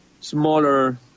smaller